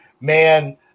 man